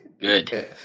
Good